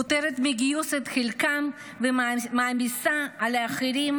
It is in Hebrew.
היא פוטרת מגיוס את חלקם ומעמיסה על האחרים,